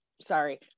sorry